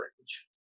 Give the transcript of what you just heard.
range